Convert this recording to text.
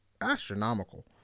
astronomical